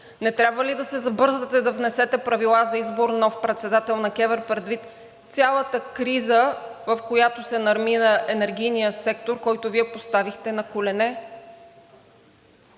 не трябва ли да се забързате да внесете Правила за избор на нов председател на КЕВР предвид цялата криза, в която се намира енергийният сектор, който Вие поставихте на колене?